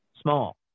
small